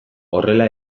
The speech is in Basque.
horrela